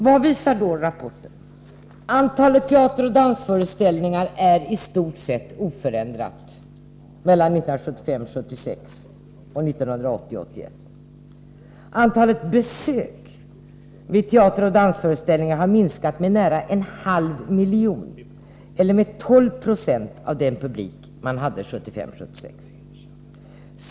Vad visar då rapporten? Antalet teateroch dansföreställningar är i stort sett oförändrat mellan 1975-1976 och 1980-1981. Antalet besök vid teateroch dansföreställningar har minskat med nära en halv miljon eller med 12 9o av den publik man hade 1975-1976.